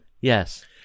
Yes